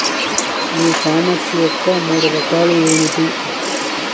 ఈ కామర్స్ యొక్క మూడు రకాలు ఏమిటి?